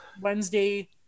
Wednesday